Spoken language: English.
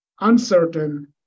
uncertain